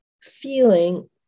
feeling